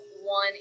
one